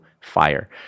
fire